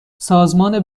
سازمان